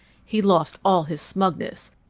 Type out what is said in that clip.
he lost all his smugness,